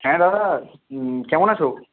হ্যাঁ দাদা কেমন আছো